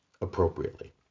appropriately